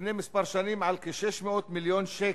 לפני כמה שנים על כ-600 מיליון שקל,